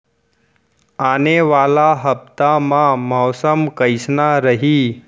आने वाला हफ्ता मा मौसम कइसना रही?